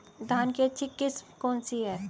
धान की अच्छी किस्म कौन सी है?